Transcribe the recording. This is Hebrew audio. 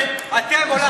אתם הולכתם אותם שולל.